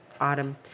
autumn